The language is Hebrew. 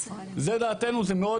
זאת דעתנו וזה מאוד